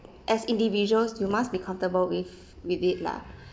as individuals you must be comfortable with with it lah